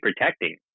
protecting